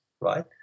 right